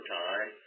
time